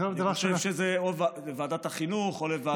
אני חושב שזה או לוועדת החינוך או לוועדת,